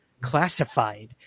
classified